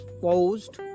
posed